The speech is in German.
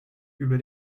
über